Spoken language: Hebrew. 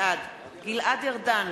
בעד גלעד ארדן,